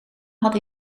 had